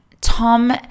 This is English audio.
Tom